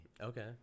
okay